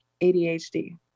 ADHD